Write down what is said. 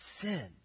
sin